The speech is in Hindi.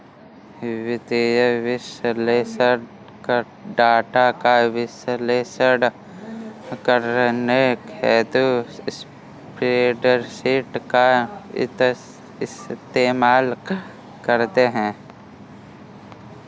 वित्तीय विश्लेषक डाटा का विश्लेषण करने हेतु स्प्रेडशीट का इस्तेमाल करते हैं